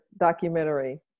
documentary